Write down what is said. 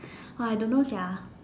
!wah! I don't know sia